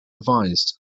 revised